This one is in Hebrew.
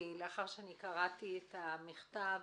כי אחרי שקראתי את המכתב,